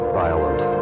violent